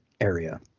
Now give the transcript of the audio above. area